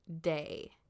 day